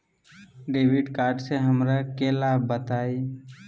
Debit card से हमरा के लाभ बताइए?